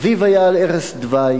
אביו היה על ערש דווי.